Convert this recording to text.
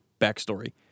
Backstory